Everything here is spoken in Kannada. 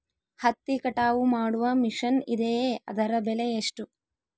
ಹತ್ತಿ ಕಟಾವು ಮಾಡುವ ಮಿಷನ್ ಇದೆಯೇ ಅದರ ಬೆಲೆ ಎಷ್ಟು?